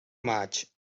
maig